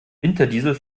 winterdiesel